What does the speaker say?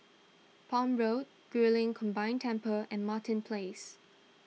Palm Road Guilin Combined Temple and Martin Place